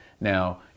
Now